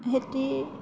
খেতি